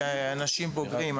כאנשים בוגרים,